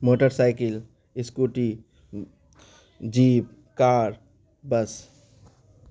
motor cycle scooty jeep car bus